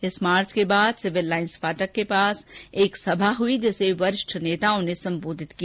इस मार्च के बाद सिविल लाइन्स फाटक के पास एक सभा हुई जिसे वरिष्ठ नेताओं ने संबोधित किया